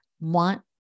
want